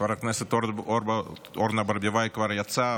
חברת הכנסת אורנה ברביבאי כבר יצאה,